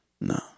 No